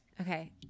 Okay